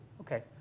okay